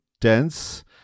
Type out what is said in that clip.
dense